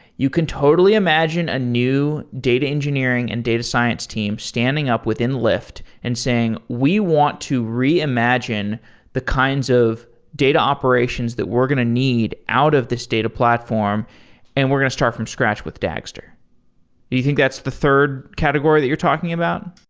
you can totally imagine a new data engineering and data science team standing up within lyft and saying, we want to reimagine the kinds of of data operations that we're going to need out of this data platform and we're going to start from scratch with dagster. do you think that's the third category that you're talking about?